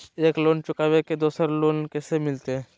एक लोन के चुकाबे ले दोसर लोन कैसे मिलते?